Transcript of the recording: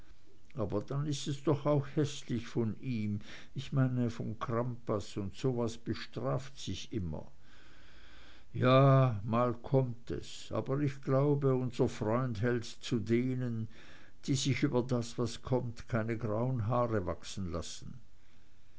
aber dann ist es doch auch häßlich von ihm ich meine von crampas und so was bestraft sich immer ja mal kommt es aber ich glaube unser freund hält zu denen die sich über das was kommt keine grauen haare wachsen lassen